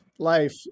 Life